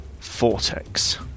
vortex